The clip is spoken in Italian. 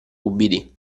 ubbidì